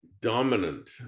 dominant